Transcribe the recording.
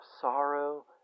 sorrow